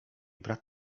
brat